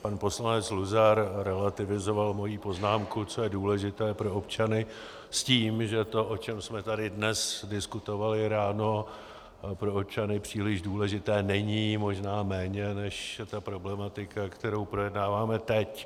Pan poslanec Luzar relativizoval moji poznámku, co je důležité pro občany, s tím, že to, o čem jsme tady dnes diskutovali ráno, pro občany příliš důležité není, možná méně než ta problematika, kterou projednáváme teď.